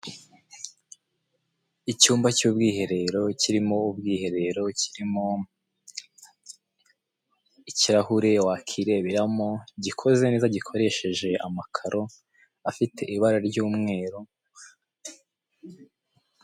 Icyumba cy'ubwiherero, kirimo ubwiherero, kirimo ikirahure wakireberamo, gikoze neza gikoresheje amakaro, afite ibara ry'umweru,...